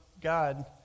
God